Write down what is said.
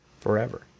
forever